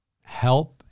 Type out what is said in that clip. help